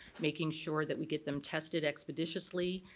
making sure that we get them tested expeditiously,